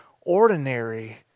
ordinary